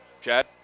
Chad